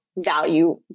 value